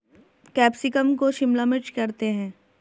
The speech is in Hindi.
कैप्सिकम को शिमला मिर्च करते हैं